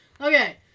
Okay